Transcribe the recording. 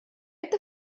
это